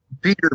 Peter